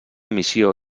missió